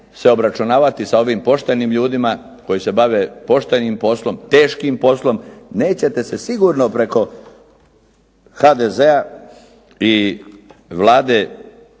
se obračunavati sa ovim poštenim ljudima koji se bave poštenim poslom, teškim poslom. Nećete se sigurno preko HDZ-a i Vlade